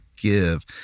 give